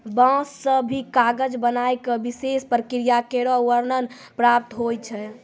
बांस सें भी कागज बनाय क विशेष प्रक्रिया केरो वर्णन प्राप्त होय छै